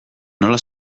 nola